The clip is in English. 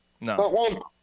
No